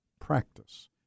practice